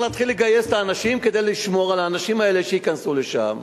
וצריך להתחיל לגייס את האנשים כדי לשמור על האנשים האלה שייכנסו לשם.